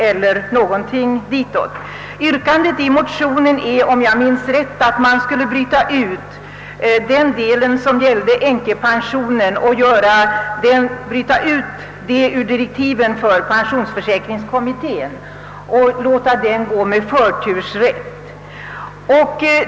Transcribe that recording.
I den motion vi behandlar yrkas, om jag minns rätt, att man skulle bryta ut den del som gäller änklingspensionen ur direktiven till pensionsförsäkringskommittén och låta den frågan behandlas med förtur.